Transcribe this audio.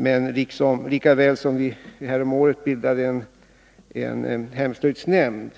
Men lika väl som vi häromåret bildade en hemslöjdsnämnd